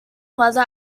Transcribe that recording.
leather